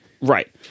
Right